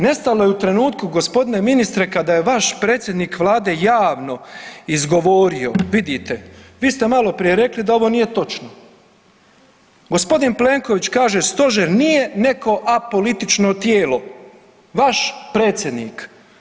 Nestalo je u trenutku g. ministre kada je vaš predsjednik vlade javno izgovorio vidite, vi ste maloprije rekli da ovo nije točno, g. Plenković kaže stožer nije neko apolitično tijelo, vaš predsjednik.